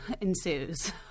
ensues